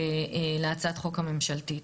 להצעת החוק הממשלתית.